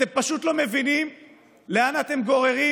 אתם פשוט לא מבינים לאן אתם גוררים